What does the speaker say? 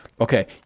Okay